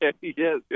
yes